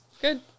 Good